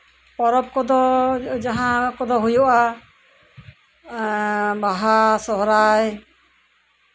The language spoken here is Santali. ᱯᱚᱨᱚᱵᱽ ᱠᱚᱫᱚ ᱡᱟᱦᱟᱸ ᱠᱚᱫᱚ ᱦᱩᱭᱩᱜᱼᱟ ᱮᱜ ᱵᱟᱦᱟ ᱥᱚᱨᱦᱟᱭ